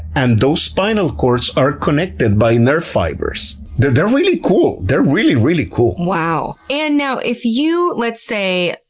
and those spinal cords are connected by nerve fibers. they're they're really cool. they're really, really cool. wow. and now if you, let's say,